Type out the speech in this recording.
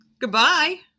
Goodbye